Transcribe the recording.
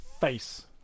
face